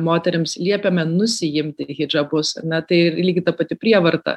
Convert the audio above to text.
moterims liepiame nusiimti hidžabus na tai lygiai ta pati prievarta